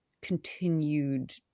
continued